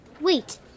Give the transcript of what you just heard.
Wait